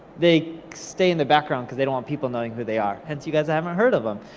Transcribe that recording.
they stay in the background, cause they don't want people knowing who they are. hence, you guys haven't heard of em.